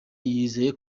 yizeye